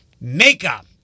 makeup